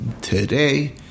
today